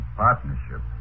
partnership